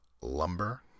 Lumber